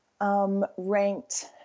Ranked